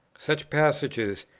such passages,